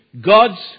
God's